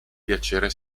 piacere